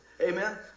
Amen